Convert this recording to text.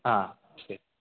ആ ശരി